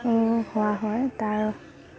হোৱা হয় তাৰ